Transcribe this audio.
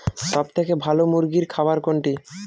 সবথেকে ভালো মুরগির খাবার কোনটি?